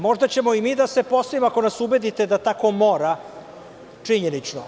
Možda ćemo i mi da se postavimo ako nas ubedite da tako mora činjenično.